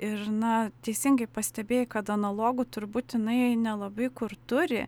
ir na teisingai pastebėjai kad analogų turbūt jinai nelabai kur turi